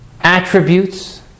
attributes